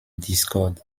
discorde